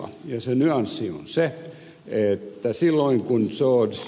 se nyanssi on se että silloin kun george w